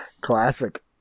Classic